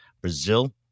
Brazil